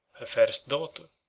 her fairest daughter,